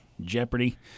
Jeopardy